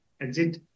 exit